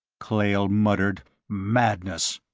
klayle muttered madness,